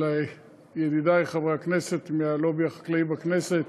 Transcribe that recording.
של ידידי חברי הכנסת מהלובי החקלאי בכנסת